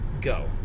Go